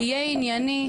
יהיה ענייני,